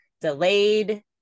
delayed